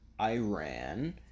Iran